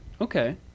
Okay